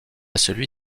celui